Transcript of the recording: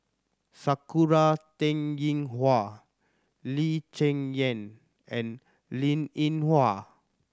Sakura Teng Ying Hua Lee Cheng Yan and Linn In Hua